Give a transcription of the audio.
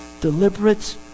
Deliberate